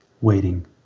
waiting